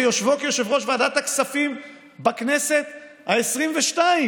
ביושבו כיושב-ראש ועדת הכספים בכנסת העשרים-ושתיים,